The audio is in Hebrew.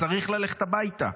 צריך ללכת הביתה.